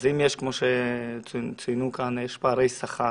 אז אם יש, כמו שציינו כאן, פערי שכר